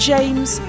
James